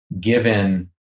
given